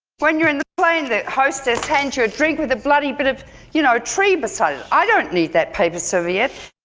when you're in the plane, the hostess hands you a drink with a bloody bit of you know tree beside it! i don't need that paper serviette!